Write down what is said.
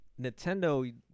Nintendo